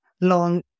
long